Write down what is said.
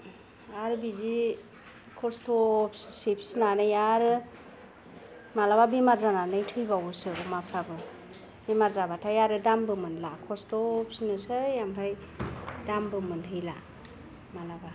आरो बिदि खस्थ' फिसिनानै आरो मालाबा बेमार जानानै थैबावोसो अमाफ्राबो बेमार जाबाथाय आरो दामबो मोनला खस्थ' फिसिनोसै ओमफ्राय दामबो मोनहैला मालाबा